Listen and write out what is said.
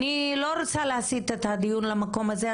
אני לא רוצה להסית את הדיון למקום הזה.